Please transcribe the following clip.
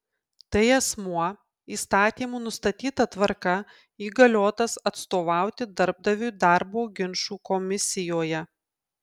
tai asmuo įstatymų nustatyta tvarka įgaliotas atstovauti darbdaviui darbo ginčų komisijoje